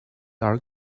are